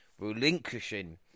relinquishing